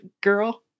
girl